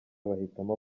bahitamo